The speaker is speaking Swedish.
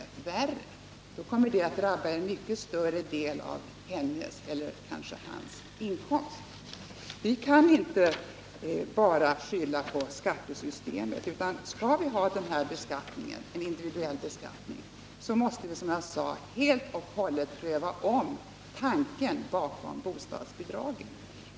Då kommer marginaleffekterna att drabba en mycket större del av hennes eller hans inkomst. Vi kan inte bara skylla på skattesystemet. Skall vi haen individuell beskattning, måste vi helt och fullt pröva om tanken bakom bostadsbidraget.